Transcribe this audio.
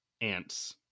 Ants